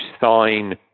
sign